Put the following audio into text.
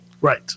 right